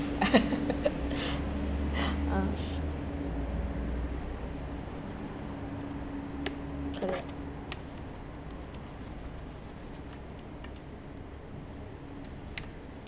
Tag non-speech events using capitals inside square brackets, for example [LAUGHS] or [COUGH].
[LAUGHS] uh correct